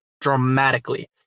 dramatically